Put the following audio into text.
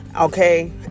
Okay